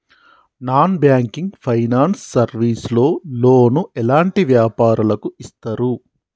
Non banking finance service లో loan ఎలాంటి వ్యాపారులకు ఇస్తరు?